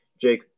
Jake